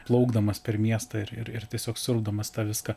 plaukdamas per miestą ir ir tiesiog siurpdamas tą viską